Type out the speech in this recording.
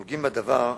הנוגעים בדבר במשרד,